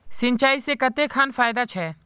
सिंचाई से कते खान फायदा छै?